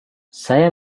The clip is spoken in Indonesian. saya